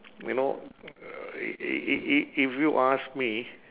you know uh i~ i~ i~ i~ if you ask me